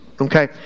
okay